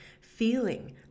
feeling